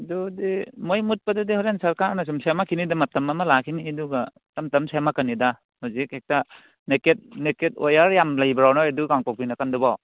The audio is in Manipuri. ꯑꯗꯨꯗꯤ ꯃꯩ ꯃꯨꯠꯄꯗꯨꯗꯤ ꯍꯣꯔꯦꯟ ꯁꯔꯀꯥꯔꯅ ꯁꯨꯝ ꯁꯦꯝꯂꯛꯈꯤꯅꯤꯗ ꯃꯇꯝ ꯑꯃ ꯂꯥꯛꯈꯤꯅꯤ ꯑꯗꯨꯒ ꯇꯞꯅ ꯇꯞꯅ ꯁꯦꯝꯂꯛꯀꯅꯤꯗ ꯍꯧꯖꯤꯛ ꯍꯦꯛꯇ ꯅꯦꯀꯦꯠ ꯋꯦꯌꯥꯔ ꯌꯥꯝ ꯂꯩꯕ꯭ꯔꯣ ꯅꯈꯣꯏ ꯑꯗꯨ ꯀꯥꯡꯄꯣꯛꯄꯤ ꯅꯥꯀꯟꯗꯨꯕꯣ